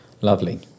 lovely